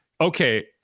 Okay